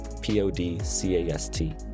p-o-d-c-a-s-t